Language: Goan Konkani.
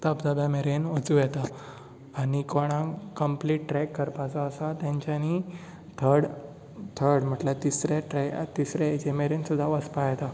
धबधब्या मेरेन वचूं येता आनी कोणाक कंप्लीट ट्रेक करपाचो आसा तांच्यानी थर्ड थर्ड म्हटल्यार तिसरे हाजे मेरेन सुद्दां वचपाक येता